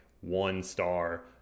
one-star